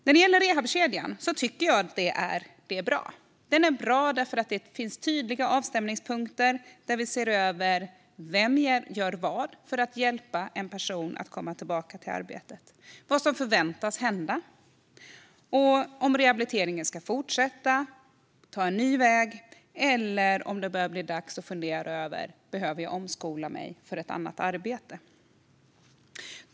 Jag tycker att rehabiliteringskedjan är bra. Den är bra därför att det finns tydliga avstämningspunkter där man ser över vem som gör vad för att hjälpa en person att komma tillbaka till arbetet, vad som förväntas hända och om rehabiliteringen ska fortsätta, om den ska ta en ny väg eller om det börjar bli dags att fundera över om personen behöver omskola sig för ett annat arbete.